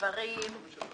בסעיף 26 היו שני דברים.